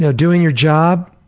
you know doing your job,